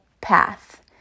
path